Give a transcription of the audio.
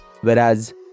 whereas